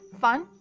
fun